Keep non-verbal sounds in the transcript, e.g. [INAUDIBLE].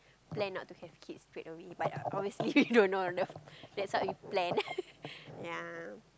plan out to have kids straight away but obviously [LAUGHS] we do not know the [LAUGHS] that's what we planned ya